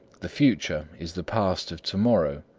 the future is the past of to-morrow.